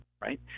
right